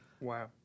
Wow